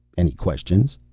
any questions?